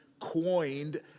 coined